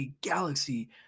Galaxy